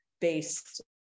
based